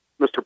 Mr